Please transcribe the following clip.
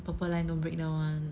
purple line don't break down one